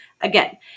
again